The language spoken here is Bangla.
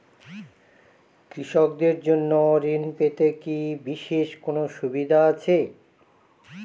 কৃষকদের জন্য ঋণ পেতে কি বিশেষ কোনো সুবিধা আছে?